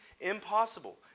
impossible